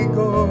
go